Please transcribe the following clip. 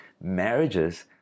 marriages